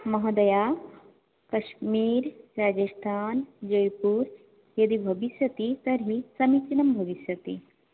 महोदये कश्मीरे राजश्थाने जयपूरे यदि भविष्यति तर्हि समीचीनं भविष्यति